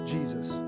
Jesus